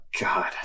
god